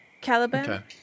Caliban